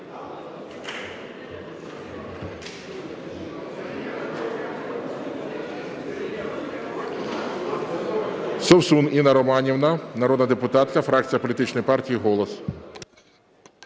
Совсун Інна Романівна, народна депутатка, фракція політичної партії "Голос".